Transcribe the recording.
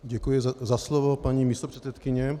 Děkuji za slovo, paní místopředsedkyně.